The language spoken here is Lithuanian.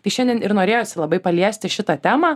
tai šiandien ir norėjosi labai paliesti šitą temą